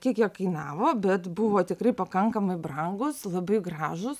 kiek jie kainavo bet buvo tikrai pakankamai brangūs labai gražūs